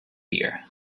bear